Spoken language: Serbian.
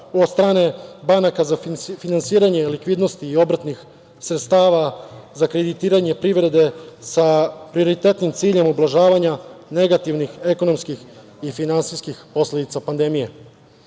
od strane banaka za finansiranje likvidnosti i obrtnih sredstava za kreditiranje privrede sa prioritetnim ciljem ublažavanja negativnih ekonomskih i finansijskih posledica pandemije. Na